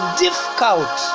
difficult